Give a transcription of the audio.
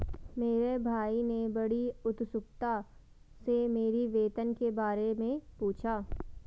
मेरे भाई ने बड़ी उत्सुकता से मेरी वेतन के बारे मे पूछा